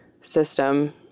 system